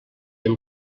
amb